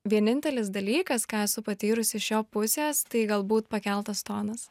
vienintelis dalykas ką esu patyrusi iš jo pusės tai galbūt pakeltas tonas